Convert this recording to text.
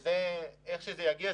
איך שזה יגיע,